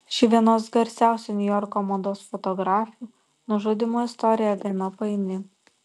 ši vienos garsiausių niujorko mados fotografių nužudymo istorija gana paini